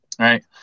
Right